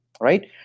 right